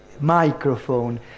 microphone